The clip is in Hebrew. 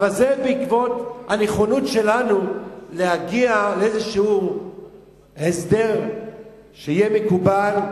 אבל זה בעקבות הנכונות שלנו להגיע לאיזשהו הסדר שיהיה מקובל,